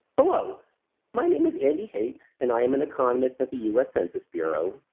hello my name is andy hait and i'm an economist at the us census bureau,